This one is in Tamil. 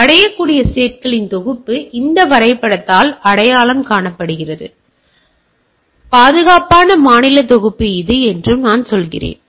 எனவே அடையக்கூடிய ஸ்டேட்களின் தொகுப்பு இந்த வரைபடத்தால் அடையாளம் காணப்படுகிறது என்றும் பாதுகாப்பான மாநிலங்களின் தொகுப்பு இது என்றும் நான் சொல்கிறேன்